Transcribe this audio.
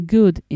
good